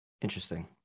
Interesting